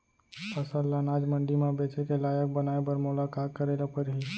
फसल ल अनाज मंडी म बेचे के लायक बनाय बर मोला का करे ल परही?